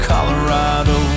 Colorado